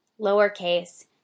Lowercase